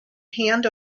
hand